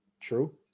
True